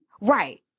Right